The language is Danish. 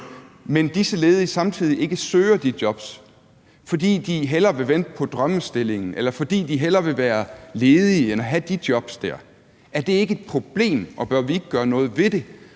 som disse ledige samtidig ikke søger, fordi de hellere vil vente på drømmestillingen, eller fordi de hellere vil være ledige end have disse jobs. Er det ikke et problem, og bør vi ikke gøre noget ved det?